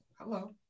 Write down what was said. Hello